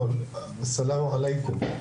סלאם עליכום.